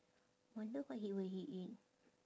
wonder what he will he eat